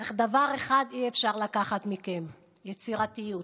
אך דבר אחד אי-אפשר לקחת מכם, יצירתיות.